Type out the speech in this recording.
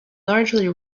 largely